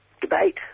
debate